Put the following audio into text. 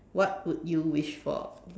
what would you wish for